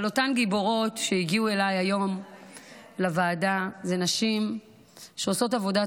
אבל אותן גיבורות שהגיעו אליי היום לוועדה הן נשים שעושות עבודת